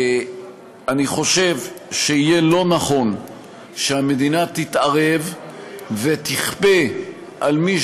אני חושב שיהיה לא נכון שהמדינה תתערב ותכפה על מי